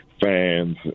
fans